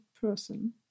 person